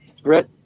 Brett